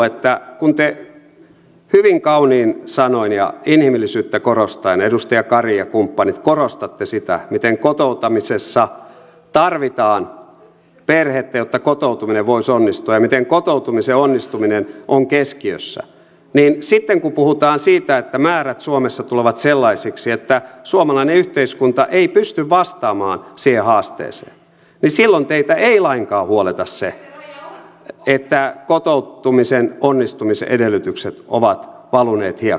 kun te hyvin kauniin sanoin ja inhimillisyyttä korostaen edustaja kari ja kumppanit korostatte sitä miten kotouttamisessa tarvitaan perhettä jotta kotoutuminen voisi onnistua ja miten kotoutumisen onnistuminen on keskiössä niin sitten kun puhutaan siitä että määrät suomessa tulevat sellaisiksi että suomalainen yhteiskunta ei pysty vastaamaan siihen haasteeseen niin silloin teitä ei lainkaan huoleta se että kotoutumisen onnistumisedellytykset ovat valuneet hiekkaan